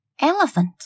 Elephant